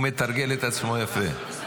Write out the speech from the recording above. --- הוא מתרגל את עצמו יפה.